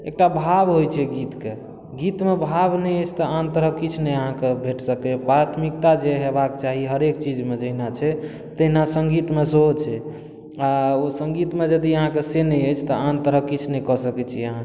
एकटा भाव होइत छै गीत कऽ गीतमे भाव नहि अछि तऽ आन तरह किछु नहि अहाँकेँ भेट सकैए बात्मिकता जे होयबाक चाहि हरेक चीजमे जहिना छै तहिना सङ्गीतमे सेहो छै आ ओ सङ्गीतमे यदि अहाँकेँ से नहि अछि तऽ आन तरहक किछु नहि कऽ सकैत छी अहाँ